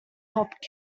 hop